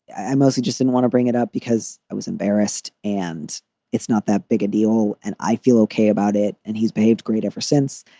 i mostly just didn't want to bring it up because i was embarrassed and it's not that big a deal and i feel ok about it. and he's behaved great ever since.